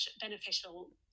beneficial